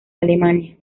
alemania